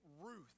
Ruth